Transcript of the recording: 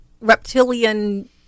reptilian